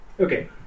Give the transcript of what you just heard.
Okay